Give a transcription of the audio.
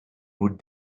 would